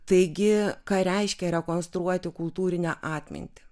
taigi ką reiškia rekonstruoti kultūrinę atmintį